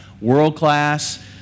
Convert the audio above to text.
World-class